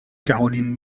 caroline